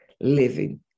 living